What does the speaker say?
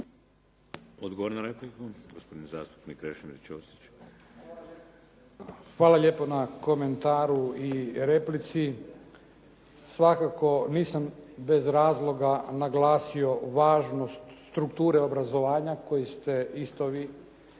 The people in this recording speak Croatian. Odgovor na repliku gospodin zastupnik Krešimir Čosić. **Ćosić, Krešimir (HDZ)** Hvala lijepo na komentaru i replici. Svakako nisam bez razloga naglasio važnost strukture obrazovanja koji ste isto vi istakli